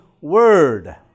word